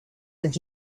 with